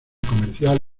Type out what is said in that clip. comercial